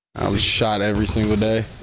i was shot every single day.